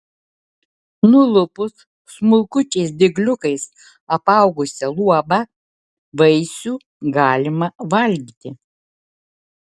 nulupus smulkučiais dygliukais apaugusią luobą vaisių galima valgyti